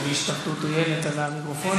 יש פה השתלטות עוינת על המיקרופונים.